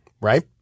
right